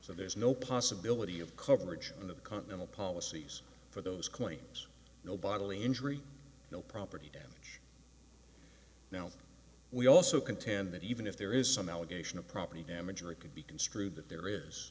so there's no possibility of coverage in the continental policies for those claims no bodily injury no property damage now we also contend that even if there is some allegation of property damage or it could be construed that there is